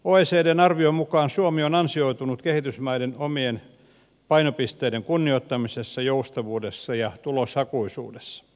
oecdn arvion mukaan suomi on ansioitunut kehitysmaiden omien painopisteiden kunnioittamisessa joustavuudessa ja tuloshakuisuudessa